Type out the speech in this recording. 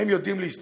הם יודעים להסתדר,